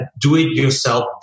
do-it-yourself